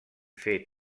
fer